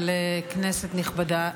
אבל כנסת נכבדה,